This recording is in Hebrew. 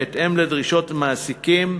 בהתאם לדרישות מעסיקים,